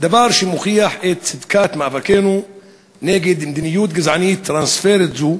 דבר שמוכיח את צדקת מאבקנו נגד מדיניות גזענית טרנספרית זו.